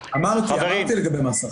אמרתי לגבי מס שכר.